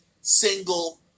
single